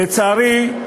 לצערי,